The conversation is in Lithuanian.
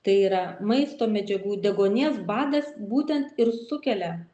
tai yra maisto medžiagų deguonies badas būtent ir sukelia